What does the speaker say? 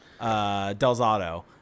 delzato